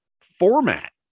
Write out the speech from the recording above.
format